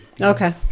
Okay